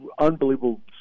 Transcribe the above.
unbelievable